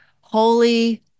holy